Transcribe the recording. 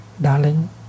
darling